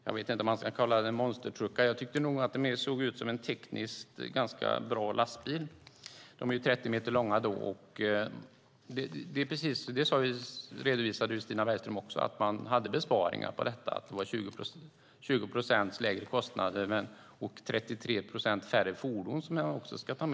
Jag vet inte om man kan kalla det monstertruckar. Jag tyckte nog att det mest såg ut som en tekniskt ganska bra lastbil. De är 30 meter långa. Stina Bergström redovisade att det fanns besparingar på detta, att det var 20 procent lägre kostnader och 33 procent färre fordon.